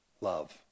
Love